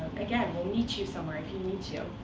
again, we'll meet you somewhere if you need to.